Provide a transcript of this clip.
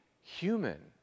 human